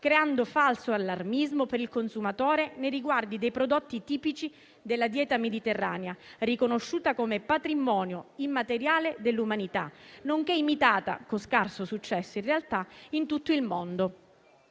creando falso allarmismo per il consumatore nei riguardi dei prodotti tipici della dieta mediterranea, riconosciuta come patrimonio immateriale dell'umanità, nonché imitata - con scarso successo, in realtà - in tutto il mondo.